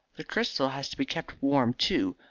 the crystal has to be kept warm, too,